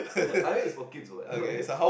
I think it's for kids [what] right